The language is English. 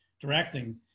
directing